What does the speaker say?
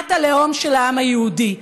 מדינת הלאום של העם היהודי.